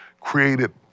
created